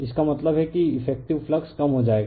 इसका मतलब है इफेक्टिव फ्लक्स कम हो जाएगा